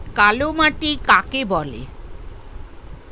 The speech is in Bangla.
কালোমাটি কাকে বলে?